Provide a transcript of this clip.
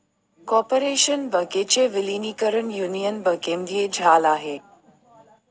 corporation बँकेचे विलीनीकरण union बँकेमध्ये झाल आहे